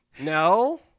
no